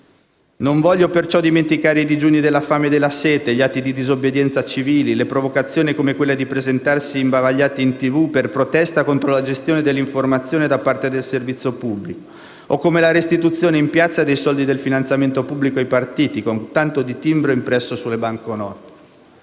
Non voglio perciò dimenticare i digiuni della fame e della sete, gli atti di disobbedienza civile, le provocazioni come quella di presentarsi imbavagliato in tv, per protesta contro la gestione dell'informazione da parte del servizio pubblico, o come la restituzione in piazza dei soldi del finanziamento pubblico ai partiti, con tanto di timbro impresso sulle banconote.